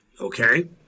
okay